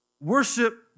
Worship